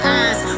eyes